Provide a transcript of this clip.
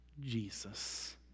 Jesus